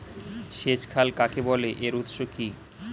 সেচ খাল কাকে বলে এর উৎস কি?